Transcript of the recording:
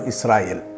Israel